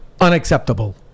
unacceptable